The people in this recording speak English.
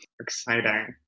Exciting